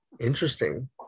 Interesting